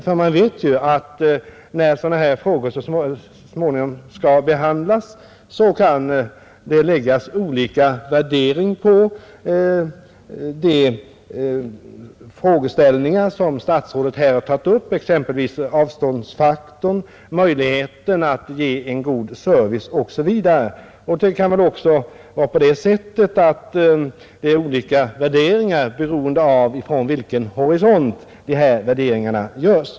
För man vet ju att när sådana här frågor så småningom skall behandlas kan det göras olika värderingar av de frågeställningar som statsrådet har tagit upp — avståndsfaktorn, möjligheten att ge en god service osv. och det kan väl också vara olika värderingar beroende av från vilken horisont värderingarna görs.